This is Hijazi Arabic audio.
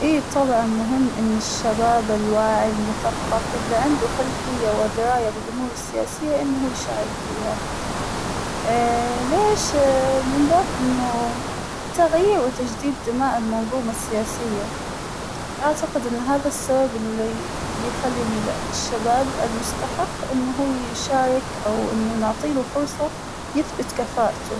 إى طبعا مهم أن الشباب الواعى المثقف الى عنده خلفيه ودراية بالأمور السياسية إن هو يشارك فيها ، اا ليش من باب إنه تغيير وتجديد دماء المنظومة السياسية ، أعتقد إن هذا السبب الى يخلي الشباب المستحق إنه يشارك أو إنه نعطيله فرصة يثبت كفاءته.